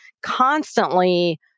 constantly